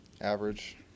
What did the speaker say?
Average